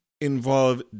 involve